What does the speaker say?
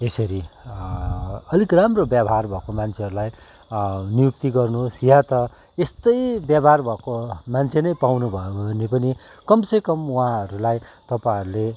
यसरी अलिक राम्रो व्यवहार भएको मान्छेहरूलाई नियुक्ति गर्नुहोस् या त यस्तै व्यवहार भएको मान्छे नै पाउनु भयो भने पनि कमसेकम उहाँहरूलाई तपाईँहरूले